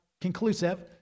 conclusive